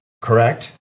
correct